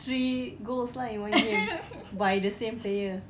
three goals lah in one game by the same player